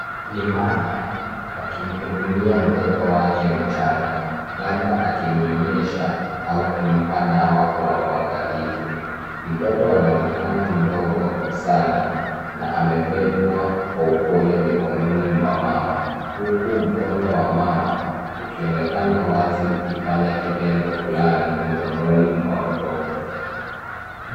Ni mama akimhudumia mtoto wake mchanga labda akimnyonyesha au kumpa dawa kwa uangalifu. Mtoto anaonekana mdogo sana na amebebwa kwa upole mikononi mwa mama huku mkono wa mama ukionekana wazi ukifanya kitendo fulani mdomoni mwa mtoto.